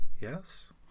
Yes